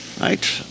right